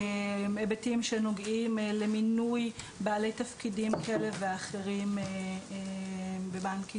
היבטים שנוגעים למינוי בעלי תפקידים כאלה ואחרים בבנק ישראל.